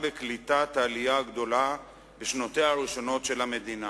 בקליטת העלייה הגדולה בשנותיה הראשונות של המדינה.